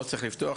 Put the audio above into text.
לא צריך לפתוח.